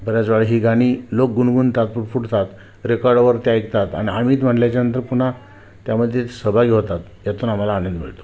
बऱ्याच वेळा ही गाणी लोक गुणगुणतात पुटपुटतात रेकॉर्डवर त्या ऐकतात आणि आम्हीच म्हणल्याच्यानंतर पुन्हा त्यामध्ये सहभागी होतात यातून आम्हाला आनंद मिळतो